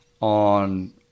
on